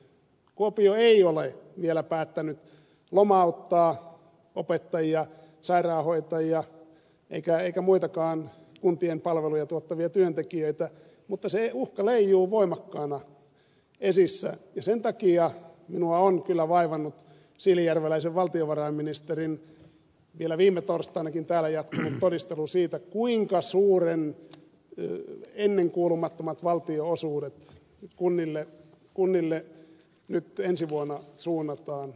kuopio ei ole vielä päättänyt lomauttaa opettajia sairaanhoitajia eikä muitakaan kuntien palveluja tuottavia työntekijöitä mutta se uhka leijuu voimakkaana esillä ja sen takia minua on kyllä vaivannut siilinjärveläisen valtiovarainministerin vielä viime torstainakin täällä jatkunut todistelu siitä kuinka suuret ennenkuulumattomat valtionosuudet kunnille nyt ensi vuonna suunnataan